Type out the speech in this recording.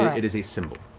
it is a symbol.